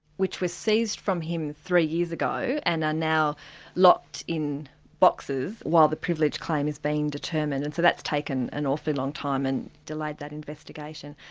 which were seized from him three years ago and are now locked in boxes while the privilege claim is being determined, and so that's taking an awfully long time and delayed that investigation.